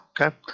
Okay